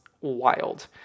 wild